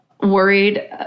worried